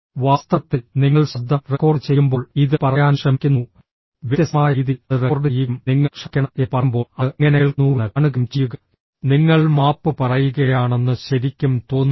വാസ്തവത്തിൽ നിങ്ങൾ ശബ്ദം റെക്കോർഡ് ചെയ്യുമ്പോൾ ഇത് പറയാൻ ശ്രമിക്കുന്നു വ്യത്യസ്തമായ രീതിയിൽ അത് റെക്കോർഡ് ചെയ്യുകയും നിങ്ങൾ ക്ഷമിക്കണം എന്ന് പറയുമ്പോൾ അത് എങ്ങനെ കേൾക്കുന്നുവെന്ന് കാണുകയും ചെയ്യുക നിങ്ങൾ മാപ്പ് പറയുകയാണെന്ന് ശരിക്കും തോന്നുന്നു